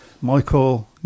Michael